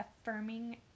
affirming